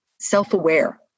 self-aware